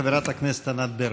חברת הכנסת ענת ברקו.